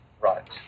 Right